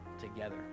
together